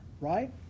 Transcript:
right